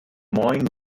moines